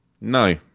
no